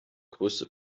größte